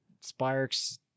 sparks